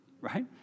right